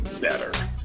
better